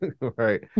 Right